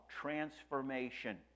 transformation